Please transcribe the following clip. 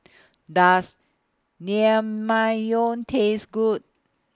Does Naengmyeon Taste Good